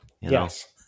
Yes